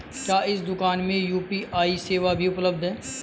क्या इस दूकान में यू.पी.आई सेवा भी उपलब्ध है?